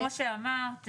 כמו שאמרת,